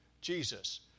Jesus